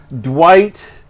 Dwight